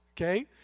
okay